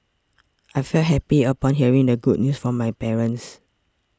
I felt happy upon hearing the good news from my parents